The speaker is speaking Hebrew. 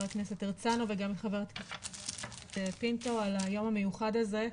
הרצנו וגם חבר הכנסת פינטו על היום המיוחד הזה,